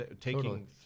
taking